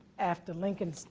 after lincoln